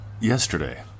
yesterday